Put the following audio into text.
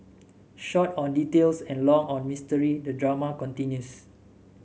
short on details and long on mystery the drama continues